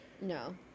No